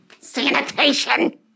Sanitation